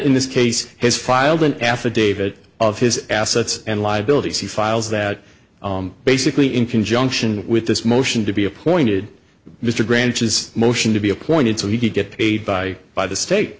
in this case has filed an affidavit of his assets and liabilities he files that basically in conjunction with this motion to be appointed mr grant is motion to be appointed so he could get paid by by the state